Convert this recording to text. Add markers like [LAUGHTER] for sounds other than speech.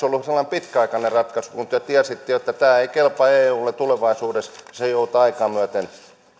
[UNINTELLIGIBLE] ollut sellainen pitkäaikainen ratkaisu kun te tiesitte jo että tämä ei kelpaa eulle tulevaisuudessa vaan se päätös joudutaan aikaa myöten